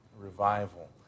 Revival